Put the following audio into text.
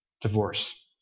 divorce